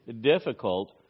difficult